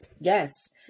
Yes